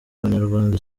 abanyarwanda